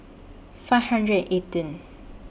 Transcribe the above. five hundred eighteen